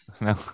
No